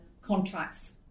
contracts